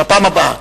בפעם הבאה.